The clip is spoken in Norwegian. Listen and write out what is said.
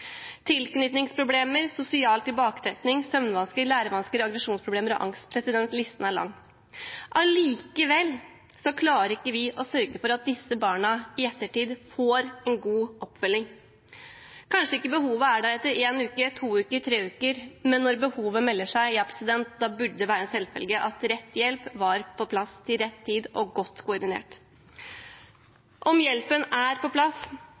angst. Listen er lang. Allikevel klarer vi ikke å sørge for at disse barna får god oppfølging i ettertid. Kanskje er ikke behovet der etter én uke, to uker eller tre uker. Men når behovet melder seg, burde det være en selvfølge at rett hjelp var på plass til rett tid og godt koordinert. Om hjelpen er på plass,